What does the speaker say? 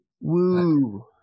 Woo